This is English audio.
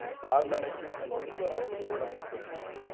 higher management, and members of the board of trustees.